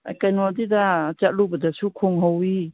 ꯀꯩꯅꯣꯒꯤꯗ ꯆꯠꯂꯨꯕꯗꯁꯨ ꯈꯣꯡꯍꯧꯏ